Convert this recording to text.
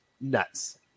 Nuts